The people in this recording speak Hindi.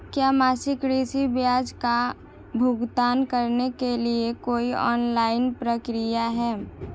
क्या मासिक ऋण ब्याज का भुगतान करने के लिए कोई ऑनलाइन प्रक्रिया है?